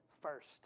first